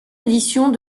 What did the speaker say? éditions